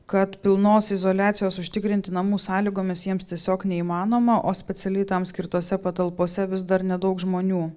kad pilnos izoliacijos užtikrinti namų sąlygomis jiems tiesiog neįmanoma o specialiai tam skirtose patalpose vis dar nedaug žmonių